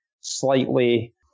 slightly